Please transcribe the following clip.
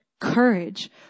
courage